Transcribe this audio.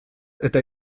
eta